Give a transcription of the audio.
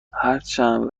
هرچند